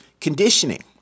conditioning